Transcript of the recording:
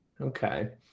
okay